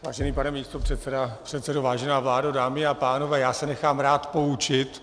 Vážený pane místopředsedo, vážená vládo, dámy a pánové, já se nechám rád poučit.